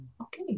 okay